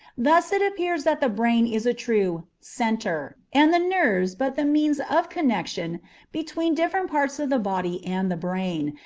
thus it appears that the brain is a true centre, and the nerves but the means of connection between different parts of the body and the brain,